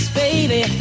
baby